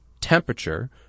temperature